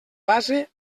base